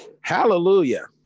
Hallelujah